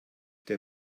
der